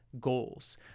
goals